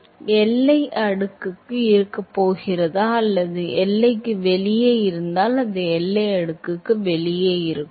மாணவர் ஆமாம் அது எல்லை அடுக்குக்குள் இருக்கப் போகிறதா அல்லது எல்லைக்கு வெளியே இருந்தால் அது எல்லை அடுக்குக்கு வெளியே இருக்கும்